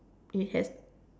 it has